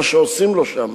מה עושים לו שם.